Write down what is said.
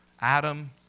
Adam